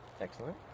excellent